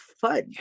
fun